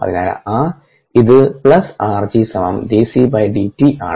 അതിനാൽ ഇത് plus r g സമം d C d t ആണ്